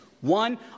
One